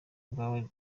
ubwawe